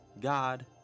God